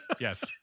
Yes